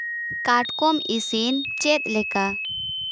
ᱠᱟᱴᱠᱚᱢ ᱤᱥᱤᱱ ᱪᱮᱫ ᱞᱮᱠᱟ